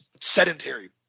sedentary